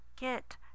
get